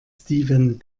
steven